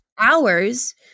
hours